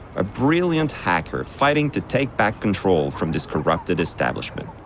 a brilliant hacker fighting to take back control from this corrupted establishment.